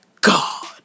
God